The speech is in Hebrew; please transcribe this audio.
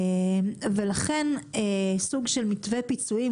ולכן סוג של מתווה פיצויים,